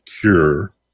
cure